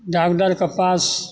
डाकटरके पास